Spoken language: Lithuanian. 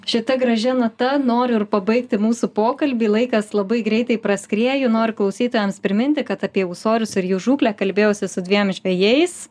šita gražia nata noriu ir pabaigti mūsų pokalbį laikas labai greitai praskriejo noriu klausytojams priminti kad apie ūsorius ir jų žūklę kalbėjausi su dviem žvejais